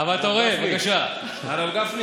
הרב גפני, אני